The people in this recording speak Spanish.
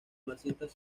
marxistas